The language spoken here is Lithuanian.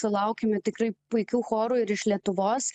sulaukiame tikrai puikių chorų ir iš lietuvos